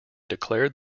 declared